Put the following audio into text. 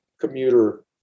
commuter